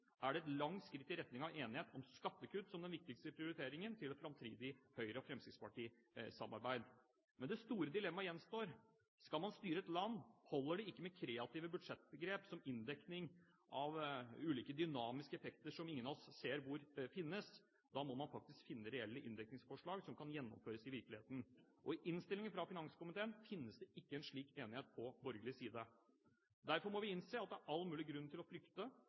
er det et langt skritt i retning av enighet om skattekutt som den viktigste prioriteringen til et framtidig Høyre–Fremskrittsparti-samarbeid. Men det store dilemmaet gjenstår: Skal man styre et land, holder det ikke med kreative budsjettgrep som inndekning av ulike dynamiske effekter, som ingen av oss ser hvor finnes. Da må man faktisk finne reelle inndekningsforslag som kan gjennomføres i virkeligheten. I innstillingen fra finanskomiteen finnes det ikke en slik enighet på borgerlig side. Derfor må vi innse at det er all mulig grunn til å